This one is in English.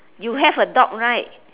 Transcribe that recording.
you have a dog right